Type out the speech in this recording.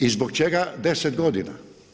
I zbog čega 10 godina?